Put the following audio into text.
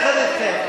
יחד אתכם.